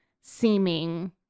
seeming